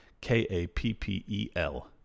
K-A-P-P-E-L